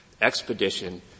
expedition